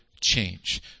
change